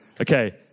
Okay